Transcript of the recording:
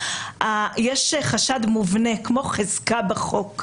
יש חשד מובנה כמו חזקה בחוק.